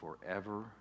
forever